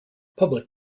public